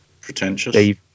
Pretentious